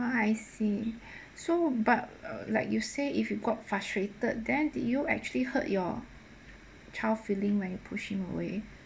uh I see so but uh like you say if you got frustrated then did you actually hurt your child feeling when you pushed him away